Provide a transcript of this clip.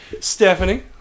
Stephanie